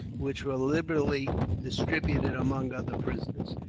which were liberally distributed among other prisoners,